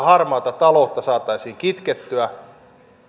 harmaata taloutta saataisiin kitkettyä